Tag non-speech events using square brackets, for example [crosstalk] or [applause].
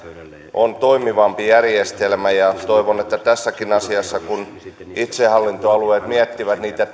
on toimivampi järjestelmä ja toivon että tässäkin asiassa kun itsehallintoalueet miettivät niitä [unintelligible]